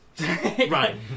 right